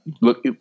look